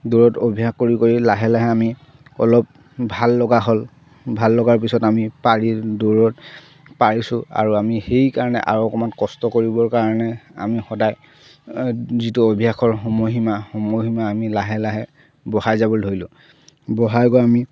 দৌৰত অভ্যাস কৰি কৰি লাহে লাহে আমি অলপ ভাল লগা হ'ল ভাল লগাৰ পিছত আমি পাৰি দৌৰত পাৰিছোঁ আৰু আমি সেইকাৰণে আৰু অকমান কষ্ট কৰিবৰ কাৰণে আমি সদায় যিটো অভ্যাসৰ সময়সীমা সময়সীমা আমি লাহে লাহে বঢ়াই যাব ধৰিলোঁ বঢ়াই গৈ আমি